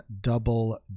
double